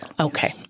Okay